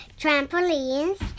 trampolines